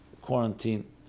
quarantine